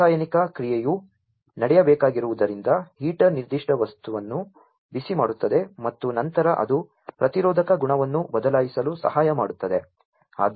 ಈ ರಾಸಾಯನಿಕ ಕ್ರಿಯೆಯು ನಡೆಯಬೇಕಾಗಿರುವುದರಿಂದ ಹೀಟರ್ ನಿರ್ದಿಷ್ಟ ವಸ್ತುವನ್ನು ಬಿಸಿಮಾಡುತ್ತದೆ ಮತ್ತು ನಂತರ ಅದು ಪ್ರತಿರೋಧಕ ಗುಣವನ್ನು ಬದಲಾಯಿಸಲು ಸಹಾಯ ಮಾಡುತ್ತದೆ